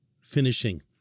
finishing